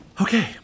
Okay